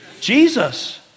Jesus